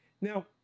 Now